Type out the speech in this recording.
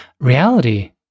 reality